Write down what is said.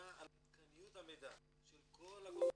שמירה על עדכניות המידע של כל הגורמים,